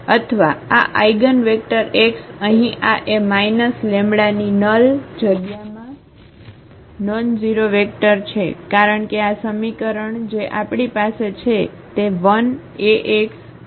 અથવા આ eigenvector x અહીં આ એ માઈનસ લેમ્બડા ની નલ જગ્યામાં નોનઝેરો વેક્ટર છે કારણ કે આ સમીકરણ જે આપણી પાસે છે તે l Axλx બરાબર છે